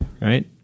right